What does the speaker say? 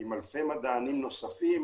עם אלפי מדענים נוספים